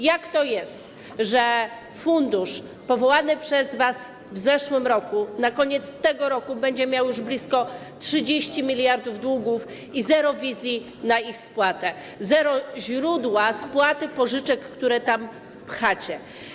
Jak to jest, że fundusz powołany przez was w zeszłym roku na koniec tego roku będzie miał już blisko 30 mld długów i zero wizji na ich spłatę, zero źródła spłaty pożyczek, które tam pchacie?